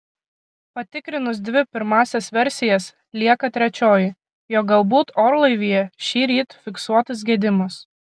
patikrinus dvi pirmąsias versijas lieka trečioji jog galbūt orlaivyje šįryt fiksuotas gedimas